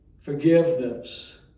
Forgiveness